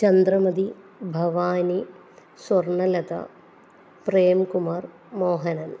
Chandramathi Bhavani Swarnalatha Premkumar Mohanan